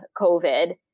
COVID